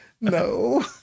No